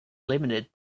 limited